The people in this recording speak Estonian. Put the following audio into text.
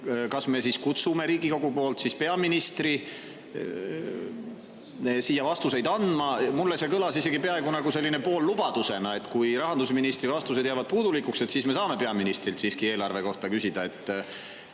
Kas me kutsume Riigikogu poolt peaministri siia vastuseid andma? Minu arvates see kõlas isegi peaaegu nagu poollubadusena, et kui rahandusministri vastused jäävad puudulikuks, siis me saame peaministrilt siiski eelarve kohta küsida. See